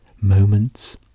moments